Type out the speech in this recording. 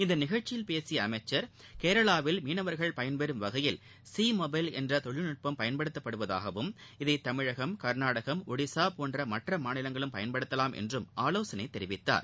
இந்த நிகழ்ச்சியில் பேசிய அமைச்சர் கேரளாவில் மீனவர்கள் பயன்பெறும் வகையில் சி மொபைல் என்ற தொழில்நுட்பம் பயன்படுத்தப்படுவதாகவும் இதை தமிழகம் கர்நாடகம் ஒடிசா போன்ற மற்ற மாநிலங்களும் பயன்படுத்தலாம் என்றும் ஆலோசனை தெரிவித்தார்